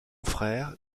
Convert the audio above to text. frère